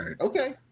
Okay